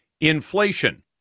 Inflation